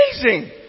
Amazing